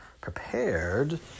prepared